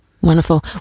wonderful